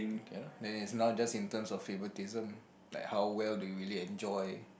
ya then is now just in terms of favoritism like how well do you really enjoy